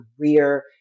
career